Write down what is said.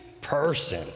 person